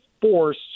force